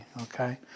okay